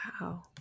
Wow